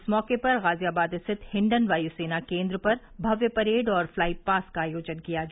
इस मौके पर गाजियाबाद स्थित हिंडन वायु सेना केन्द्र पर भव्य परेड और फ्लाईपास का आयोजन किया गया